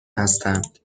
هستند